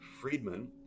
Friedman